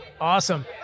Awesome